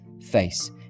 face